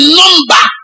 number